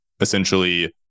essentially